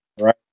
right